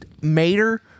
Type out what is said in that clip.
Mater